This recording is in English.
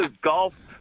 golf